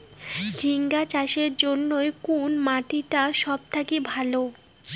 ঝিঙ্গা চাষের জইন্যে কুন মাটি টা সব থাকি ভালো?